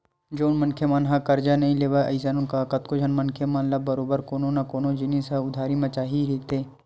जउन मनखे मन ह करजा नइ लेवय अइसन म कतको झन मनखे मन ल बरोबर कोनो न कोनो जिनिस ह उधारी म चाही रहिथे